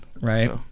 Right